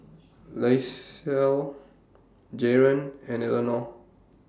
Lisle Jaron and Elenor